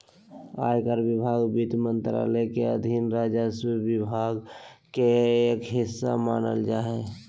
आयकर विभाग वित्त मंत्रालय के अधीन राजस्व विभाग के एक हिस्सा मानल जा हय